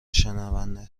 شنونده